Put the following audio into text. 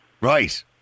right